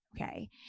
okay